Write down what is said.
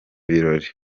birori